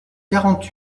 quarante